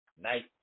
Night